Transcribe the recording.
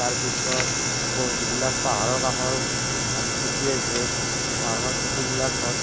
তাৰ পিছত আকৌ যিবিলাক পাহাৰৰ কাষৰ মানে খেতি আছে পাহাৰৰ খেতিবিলাকত